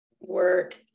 work